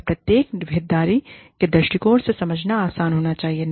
उन्हें प्रत्येक हितधारक के दृष्टिकोण से समझना आसान होना चाहिए